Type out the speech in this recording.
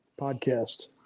podcast